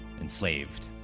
enslaved